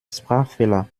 sprachfehler